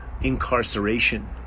incarceration